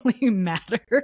matter